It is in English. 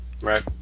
Right